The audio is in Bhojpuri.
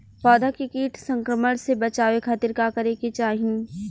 पौधा के कीट संक्रमण से बचावे खातिर का करे के चाहीं?